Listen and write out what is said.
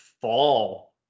fall